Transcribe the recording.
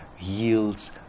yields